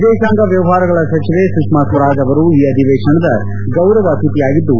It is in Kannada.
ವಿದೇಶಾಂಗ ವ್ಲವಹಾರಗಳ ಸಚಿವೆ ಸುಷ್ನಾ ಸ್ವರಾಜ್ ಅವರು ಈ ಅಧಿವೇಶನದ ಗೌರವ ಅತಿಥಿಯಾಗಿದ್ದು